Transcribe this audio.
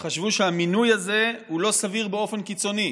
שחשבו שהמינוי הזה הוא לא סביר באופן קיצוני.